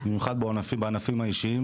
במיוחד בענפים האישיים,